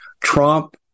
Trump